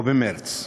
או במרץ.